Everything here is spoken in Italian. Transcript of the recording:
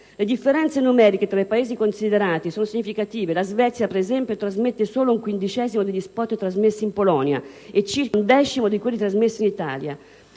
Le differenze numeriche tra i Paesi considerati sono significative: la Svezia, ad esempio, trasmette solo un quindicesimo degli *spot* trasmessi in Polonia e circa un decimo di quelli trasmessi in Italia.